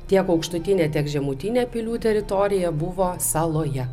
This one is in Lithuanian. tiek aukštutinė tiek žemutinė pilių teritorija buvo saloje